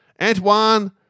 Antoine